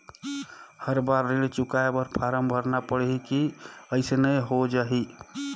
हर बार ऋण चुकाय बर फारम भरना पड़ही की अइसने हो जहीं?